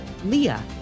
Leah